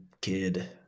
kid